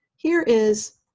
here is